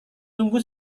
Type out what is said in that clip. tunggu